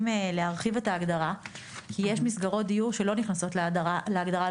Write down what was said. להרחיב את ההגדרה כי יש מסגרות דיור שלא נכנסות להגדרה,